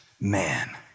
man